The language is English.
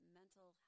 mental